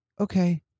okay